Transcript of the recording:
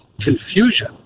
confusion